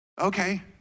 okay